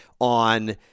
on